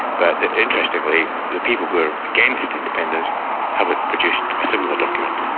but interestingly the people who are against independence haven't produced a similar document.